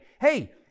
hey